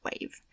wave